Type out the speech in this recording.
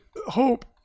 hope